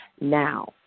now